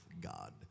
God